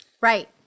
Right